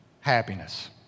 happiness